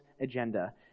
agenda